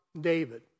David